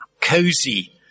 cozy